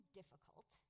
difficult